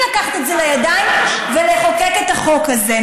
לקחת את זה לידיים ולחוקק את החוק הזה.